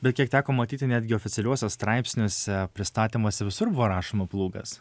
bet kiek teko matyti netgi oficialiuose straipsniuose pristatymuose visur buvo rašoma plūgas